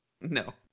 No